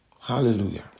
Hallelujah